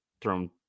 thrown